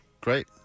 Great